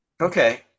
Okay